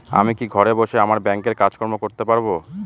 আমি কি ঘরে বসে আমার ব্যাংকের কাজকর্ম করতে পারব?